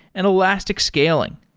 and elastic scaling.